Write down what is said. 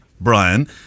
brian